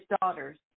daughters